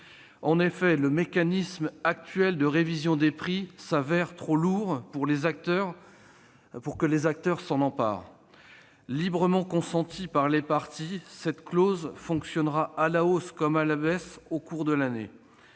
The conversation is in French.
En effet, le mécanisme actuel de révision des prix paraît trop lourd pour que les acteurs s'en emparent. Librement consentie par les parties, cette clause fonctionnera à la hausse comme à la baisse au cours de l'année.